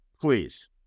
Please